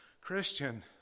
Christian